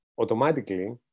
automatically